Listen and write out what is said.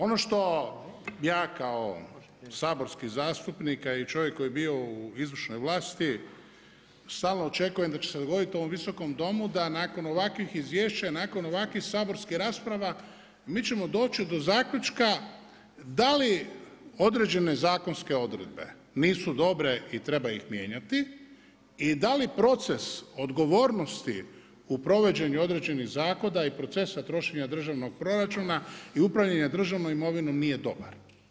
Ono što ja kao saborski zastupnik i čovjek koji je bio u izvršnoj vlasti stalno očekujem da će se dogoditi u ovom Visokom domu da nakon ovakvih izvješća i nakon ovakvih saborskih rasprava mi ćemo doći do zaključka da li određene zakonske odredbe nisu dobre i treba ih mijenjati i da li proces odgovornosti u provođenju određenih zakona i procesa trošenja državnog proračuna i upravljanja državnom imovinom nije dobar.